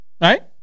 Right